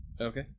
Okay